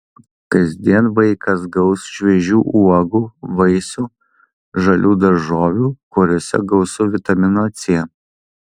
kasdien vaikas gaus šviežių uogų vaisių žalių daržovių kuriose gausu vitamino c